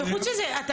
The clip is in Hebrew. וחוץ מזה,